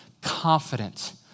confident